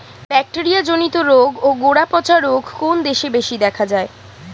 Bacteria জনিত রোগ ও গোড়া পচা রোগ কোন দেশে বেশি দেখা যায়?